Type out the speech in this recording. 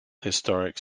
historic